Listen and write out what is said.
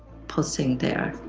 pulsing there,